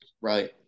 right